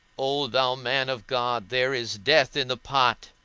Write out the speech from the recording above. o thou man of god, there is death in the pot,